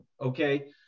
Okay